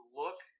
look